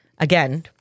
Again